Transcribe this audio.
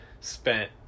spent